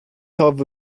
hoffe